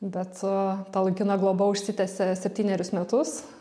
bet ta laikina globa užsitęsė septynerius metus